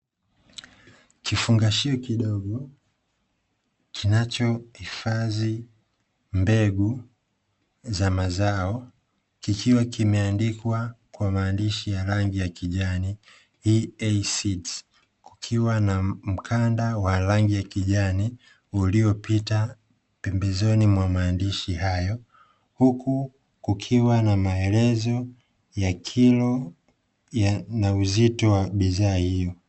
Kifungashio kidogo, kinachohifadhi mbegu za mazao kikiwa kimeandikwa kwa maandishi ya rangi ya kijani 'EA Seeds', kukiwa na mkanda wa rangi ya kijani uliopita pembezoni mwa maandishi hayo, huku kukiwa na maelezo ya kilo na uzito wa bidhaa hiyo.